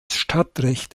stadtrecht